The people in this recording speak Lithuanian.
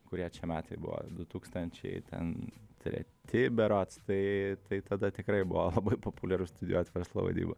kurie čia metai buvo du tūkstančiai ten treti berods tai tai tada tikrai buvo labai populiaru studijuot verslo vadybą